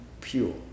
pure